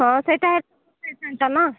ହଁ ସେଇଟା ହେଇଥାନ୍ତା ନା